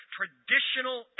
Traditional